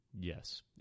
Yes